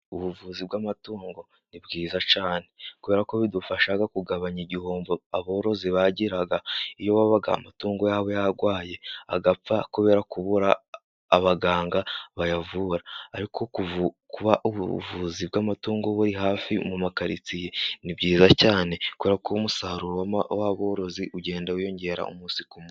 Ubuvuzi bw'amatungo ni bwiza cyane, kubera ko bidufasha kugabanya igihombo aborozi bagiraga, iyo wabaga amatungo yabo yarwaye agapfa, kubera kubura abaganga bayavura, ariko ubu ubuvuzi bw'amatungo buri hafi mu makaritsiye ni byiza cyane, kubera ko umusaruro w'aborozi ugenda wiyongera umunsi ku munsi.